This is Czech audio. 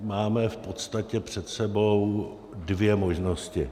Máme v podstatě před sebou dvě možnosti.